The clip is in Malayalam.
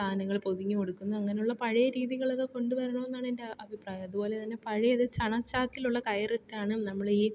സാധനങ്ങൾ പൊതിഞ്ഞ് കൊടുക്കുന്നു അങ്ങനെയുള്ള പഴയ രീതികളൊക്കെ കൊണ്ട് വരണമെന്നാണ് എൻ്റെ അ അഭിപ്രായം അതുപോലെ തന്നെ പഴയ ഒരു ചണചാക്കിലുള്ള കയറിട്ടാണ് നമ്മൾ ഈ